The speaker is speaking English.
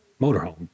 motorhome